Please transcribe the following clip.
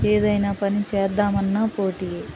ఏదైనా పని చేద్దామన్నా పోటీ